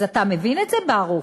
אז אתה מבין את זה, ברוך?